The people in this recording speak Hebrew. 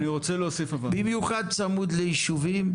במיוחד צמוד ליישובים,